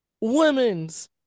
Women's